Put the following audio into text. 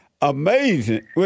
Amazing